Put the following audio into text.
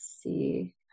see